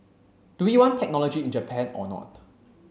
do we want technology in Japan or not